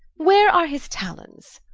where are his tallons?